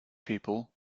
people